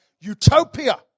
utopia